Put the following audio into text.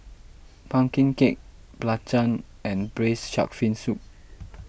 Pumpkin Cake Belacan and Braised Shark Fin Soup